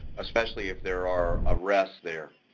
especially if there are arrests there.